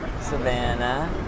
Savannah